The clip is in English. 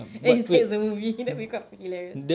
hilarious